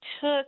took